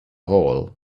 hall